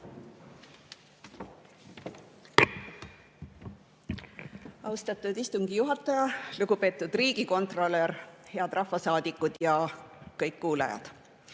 Austatud istungi juhataja! Lugupeetud riigikontrolör! Head rahvasaadikud ja kõik kuulajad!